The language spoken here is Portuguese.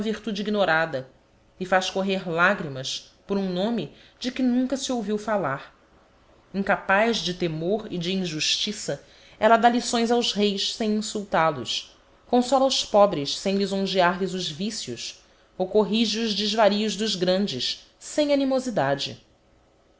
ignorada e faz correr lagrimas por um nome de que nunca se ouviu fallar incapaz de temor e de injustiça ella dá lições aos reis sem insultal os consola os pobres sem lisongear lhes os vicios ou corrige os desvarios dos grandes sem animosidade